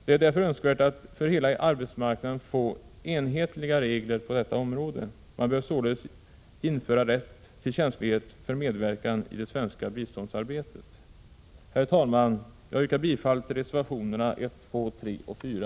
Det är därför önskvärt att för hela arbetsmarknaden få enhetliga regler på detta område. Man bör således införa rätt till tjänstledighet för medverkan i det svenska biståndsarbetet. Herr talman! Jag yrkar bifall till reservationerna 1, 2, 3 och 4.